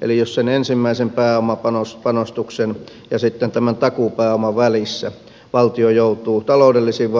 eli jos sen ensimmäisen pääomapanostuksen ja sitten tämän takuupääoman välissä valtio joutuu taloudellisiin